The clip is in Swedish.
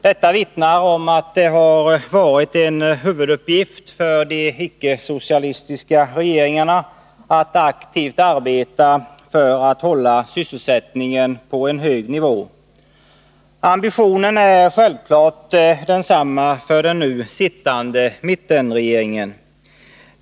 Detta vittnar om att det har varit en huvuduppgift för de icke-socialistiska regeringarna att aktivt arbeta för att hålla sysselsättningen på en hög nivå. Ambitionen är självfallet densamma för den nu sittande mittenregeringen.